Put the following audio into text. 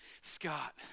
Scott